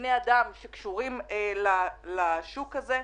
בני אדם שקשורים לשוק הזה.